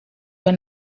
were